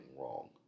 wrong